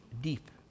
deep